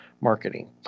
marketing